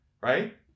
Right